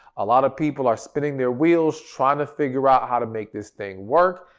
a lot of people are spinning their wheels trying to figure out how to make this thing work.